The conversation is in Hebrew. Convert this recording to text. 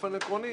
באופן עקרוני.